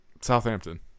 Southampton